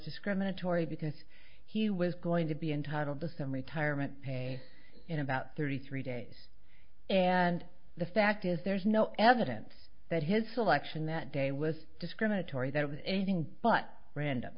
discriminatory because he was going to be entitled to some retirement pay in about thirty three days and the fact is there's no evidence that his selection that day was discriminatory that it was anything but random